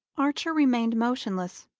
archer remained motionless,